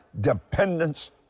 dependence